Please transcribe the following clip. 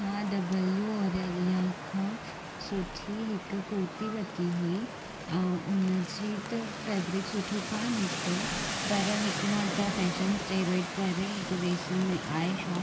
मां W Aurelia खां सुठी हिकु कुरती वरिती हुई ऐं हुन जी त फेब्रिक सुठो कोन निकितो पर हिकु मां दा फैशन स्टेरोइड करे हिकु वेसू में आहे शॉप